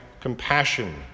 compassion